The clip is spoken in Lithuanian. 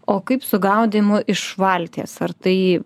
o kaip su gaudymu iš valties ar tai